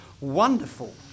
wonderful